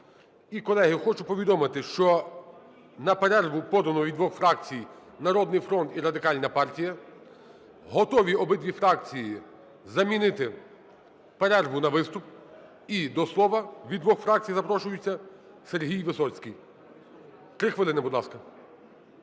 І, колеги, хочу повідомити, що на перерву подано від двох фракцій: "Народний фронт" і Радикальна партія. Готові обидві фракції замінити перерву на виступ. І до слова від двох фракцій запрошується Сергій Висоцький. Три хвилини, будь ласка.